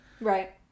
Right